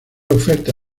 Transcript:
oferta